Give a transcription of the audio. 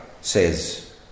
says